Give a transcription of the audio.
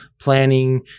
planning